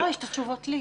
לא, יש תשובות לי.